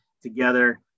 together